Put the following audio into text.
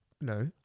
no